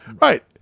right